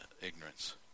ignorance